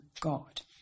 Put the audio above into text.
God